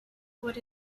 what